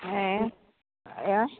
ങേ ഏതാണ്